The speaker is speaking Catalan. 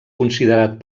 considerat